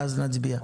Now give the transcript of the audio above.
ואז להצביע.